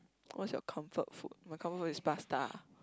what's your comfort food my comfort food is pasta